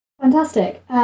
Fantastic